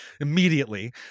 immediately